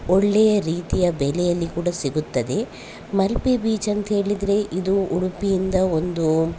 ಒಳ್ಳೆಯ ರೀತಿಯ ಬೆಲೆಯಲ್ಲಿ ಕೂಡ ಸಿಗುತ್ತದೆ ಮಲ್ಪೆ ಬೀಚ್ ಅಂತ ಹೇಳಿದರೆ ಇದು ಉಡುಪಿಯಿಂದ ಒಂದು